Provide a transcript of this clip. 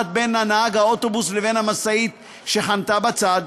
1 בין אוטובוס לבין משאית שחנתה בצד,